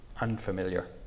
unfamiliar